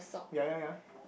ya ya ya